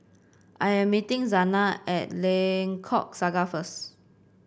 I am meeting Zana at Lengkok Saga first